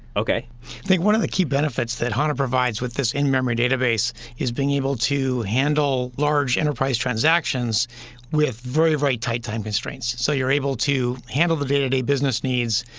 think one of the key benefits that hana provides with this in-memory database is being able to handle large enterprise transactions with very, very tight time constraints. so you're able to handle the day-to-day business needs,